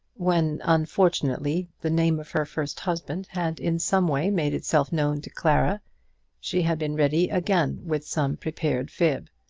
when, unfortunately, the name of her first husband had in some way made itself known to clara she had been ready again with some prepared fib.